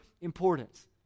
importance